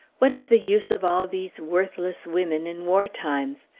what is the use of all these worthless women, in war times?